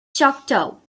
choctaw